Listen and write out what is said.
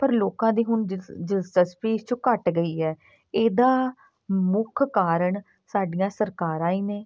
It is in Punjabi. ਪਰ ਲੋਕਾਂ ਦੀ ਹੁਣ ਦਿਲਚਸਪੀ ਇਸ 'ਚ ਘੱਟ ਗਈ ਹੈ ਇਹਦਾ ਮੁੱਖ ਕਾਰਨ ਸਾਡੀਆਂ ਸਰਕਾਰਾਂ ਹੀ ਨੇ